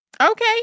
Okay